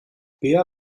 bea